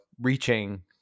reaching